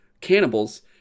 cannibals